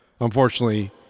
Unfortunately